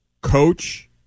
Coach